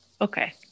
Okay